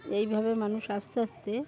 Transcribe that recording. এভাবে মানুষ আস্তে আস্তে